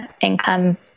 income